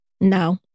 No